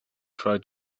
try